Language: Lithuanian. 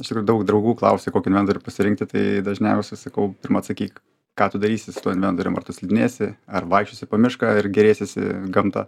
iš tikrųjų daug draugų klausia kokį inventorių pasirinkti tai dažniausia sakau pirma atsakyk ką tu darysi su tuo inventorium ar tu slidinėsi ar vaikščiosi po mišką ir gėrėsiesi gamta